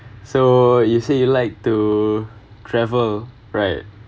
so you say you like to travel right